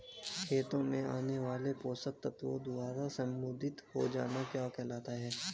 खेतों में आने वाले पोषक तत्वों द्वारा समृद्धि हो जाना क्या कहलाता है?